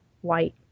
white